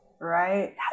right